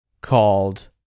called